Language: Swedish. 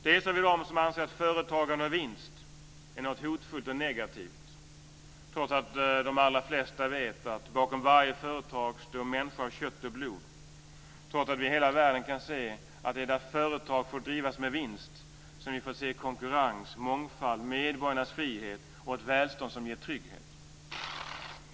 Vi har dem som anser att företag med vinst är något hotfullt och negativt, trots att de allra flesta vet att bakom varje företag står en människa av kött och blod, trots att vi i hela världen kan se att där företag får drivas med vinst blir det konkurrens, mångfald, medborgarnas frihet och ett välstånd som ger trygghet.